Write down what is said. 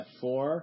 four